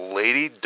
lady